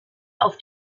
auf